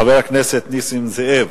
חבר הכנסת נסים זאב,